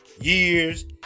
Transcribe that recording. years